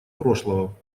прошлого